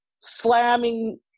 slamming